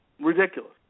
Ridiculous